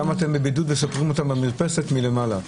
כמה אתם בבידוד וסופרים אותם במרפסת מלמעלה.